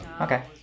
Okay